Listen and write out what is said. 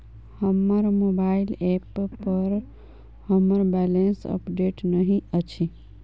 हमर mobile app पर हमर बैलेंस अपडेट नहि अछि